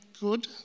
good